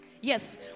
Yes